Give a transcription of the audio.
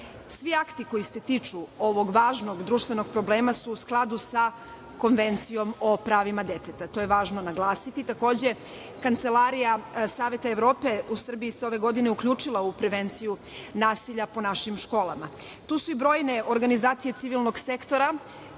Svi akti koji se tiču ovog važnog društvenog problema su u skladu sa konvencijom o pravima deteta. To je važno naglasiti. Takođe, Kancelarija Saveta Evrope u Srbiji se ove godine uključila u prevenciju nasilja po našim školama. Tu su i brojne organizacije civilnog sektora,